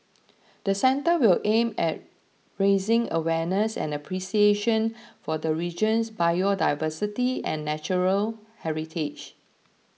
the centre will aim at raising awareness and appreciation for the region's biodiversity and natural heritage